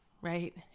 right